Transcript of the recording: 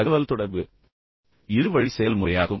தகவல் தொடர்பு என்பது இரு வழி செயல்முறையாகும்